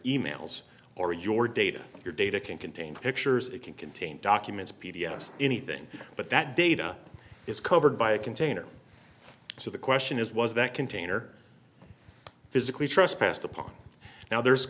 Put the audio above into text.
emails or your data your data can contain pictures it can contain documents p d s anything but that data is covered by a container so the question is was that container physically trespassed upon now there's